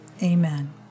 amen